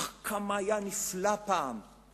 אח, כמה נפלא היה פעם.